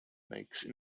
makes